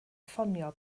ffonio